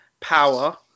power